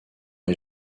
est